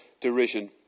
derision